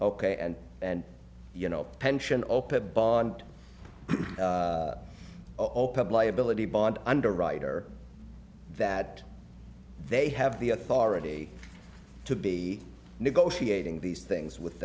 ok and you know pension open bond ohp liability bond underwriter that they have the authority to be negotiating these things with